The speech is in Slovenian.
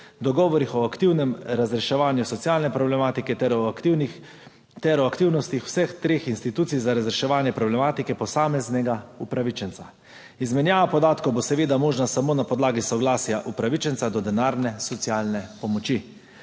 dogovori o aktivnem razreševanju socialne problematike ter o aktivnostih vseh treh institucij za razreševanje problematike posameznega upravičenca. Izmenjava podatkov bo seveda možna samo na podlagi soglasja upravičenca do denarne socialne pomoči.